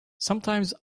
sometimes